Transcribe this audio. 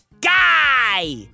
Guy